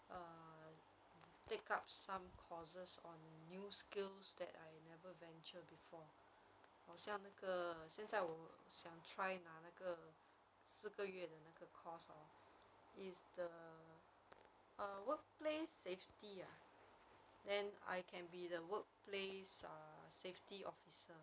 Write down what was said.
err take up some courses on new skills that I never venture before 好像那个现在我想 try 拿那个四个月的那个 course hor it's the workplace safety ah then I can be the workplace safety officer